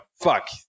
fuck